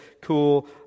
cool